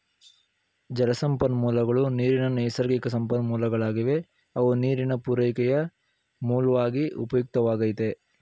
ಜಲಸಂಪನ್ಮೂಲಗಳು ನೀರಿನ ನೈಸರ್ಗಿಕಸಂಪನ್ಮೂಲಗಳಾಗಿವೆ ಅವು ನೀರಿನ ಪೂರೈಕೆಯ ಮೂಲ್ವಾಗಿ ಉಪಯುಕ್ತವಾಗೈತೆ